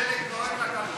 השלג נוהר לקלפיות.